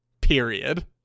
Period